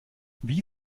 wie